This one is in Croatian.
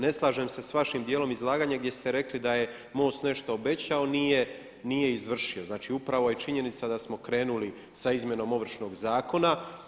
Ne slažem se s vašim dijelom izlaganja gdje ste rekli da je MOST nešto obećao, nije izvršio, znači upravo je činjenica da smo krenuli sa izmjenom Ovršnog zakona.